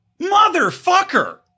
motherfucker